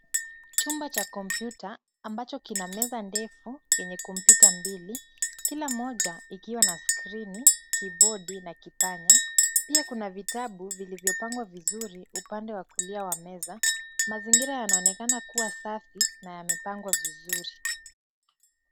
Chumba cha kompyuta ambacho kina meza ndefu na kompyuta mbili, kila moja ikiwa na skrini, kibodi na kipanya. Pia kuna vitabu vilivyopangwa vizuri upande wa kulia wa meza. Mazingira yanaonekana kuwa safi na yamepangwa vizuri.